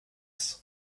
ist